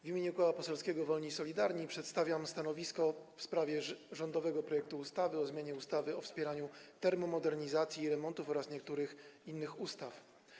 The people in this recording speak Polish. W imieniu Koła Poselskiego Wolni i Solidarni przedstawiam stanowisko w sprawie rządowego projektu ustawy o zmianie ustawy o wspieraniu termomodernizacji i remontów oraz niektórych innych ustaw.